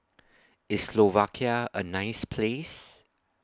IS Slovakia A nice Place